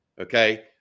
Okay